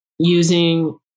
Using